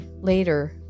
Later